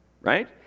Right